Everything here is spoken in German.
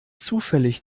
zufällig